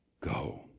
go